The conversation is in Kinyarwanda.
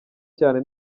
cyane